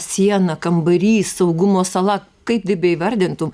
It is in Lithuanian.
siena kambarys saugumo sala kaip tai beįvardintum